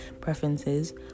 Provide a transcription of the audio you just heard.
preferences